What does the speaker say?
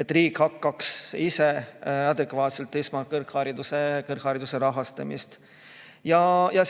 et riik hakkaks ise adekvaatselt esmakõrgharidust rahastama.